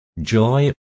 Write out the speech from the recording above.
joy